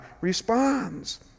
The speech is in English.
responds